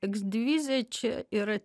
eksdividija čia yra